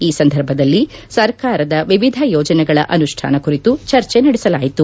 ಈ ಸಂದರ್ಭದಲ್ಲಿ ಸರ್ಕಾರದ ವಿವಿಧ ಯೋಜನೆಗಳ ಅನುಷ್ನಾನ ಕುರಿತು ಚರ್ಚೆ ನಡೆಸಲಾಯಿತು